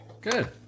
good